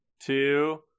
two